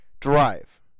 drive